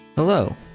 Hello